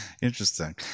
interesting